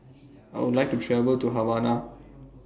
I Would like to travel to Havana